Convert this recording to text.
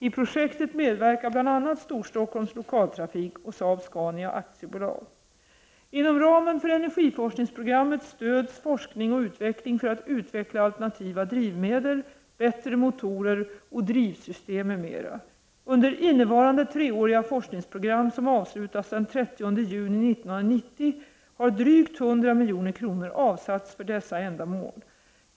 I projektet medverkar bl.a. Storstockholms Lokaltrafik och Saab-Scania AB. Inom ramen för energiforskningsprogrammet stöds forskning och utveckling för att utveckla alternativa drivmedel, bättre motorer och drivsystem m.m. Under innevarande treåriga forskningsprogram som avslutas den 30 juni 1990 har drygt 100 milj.kr. avsatts för dessa ändamål.